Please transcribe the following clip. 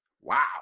wow